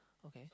okay